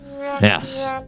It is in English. Yes